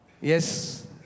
Yes